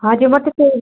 ହଁ ଯିବ ଠିକି